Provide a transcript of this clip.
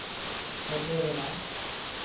ᱥᱮᱴᱮᱨ ᱮᱱᱟ